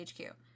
HQ